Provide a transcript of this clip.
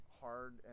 hard